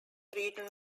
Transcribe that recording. region